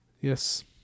Yes